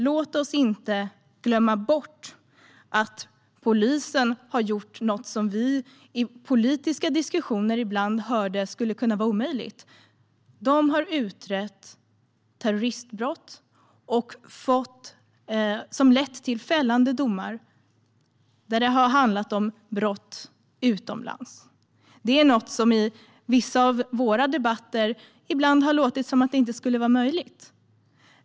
Låt oss inte glömma bort att polisen har gjort något som vi i politiska diskussioner ibland har hört skulle vara omöjligt: De har utrett terroristbrott, vilket har lett till fällande domar för brott begångna utomlands. Det är något som i vissa av våra debatter ibland har sagts vara omöjligt.